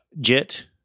JIT